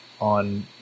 on